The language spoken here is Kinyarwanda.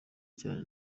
cyane